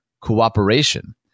cooperation